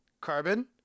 carbon